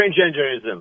transgenderism